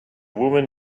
woman